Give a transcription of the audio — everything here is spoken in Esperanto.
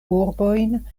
urbojn